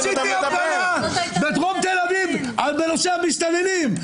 בדרום תל אביב בנושא המסתננים.